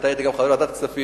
אתה היית גם חבר בוועדת הכספים.